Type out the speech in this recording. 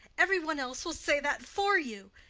every one else will say that for you.